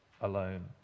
alone